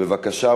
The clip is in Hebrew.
בבקשה.